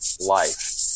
life